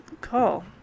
cool